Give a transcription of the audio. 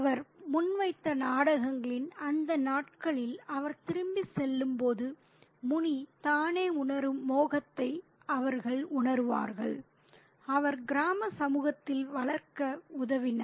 அவர் முன்வைத்த நாடகங்களின் அந்த நாட்களில் அவர் திரும்பிச் செல்லும்போது முனி தானே உணரும் மோகத்தை அவர்கள் உணருவார்கள் அவர் கிராம சமூகத்தில் வளர்க்க உதவினார்